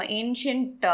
ancient